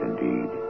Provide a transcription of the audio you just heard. indeed